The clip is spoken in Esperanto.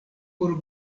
por